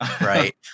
Right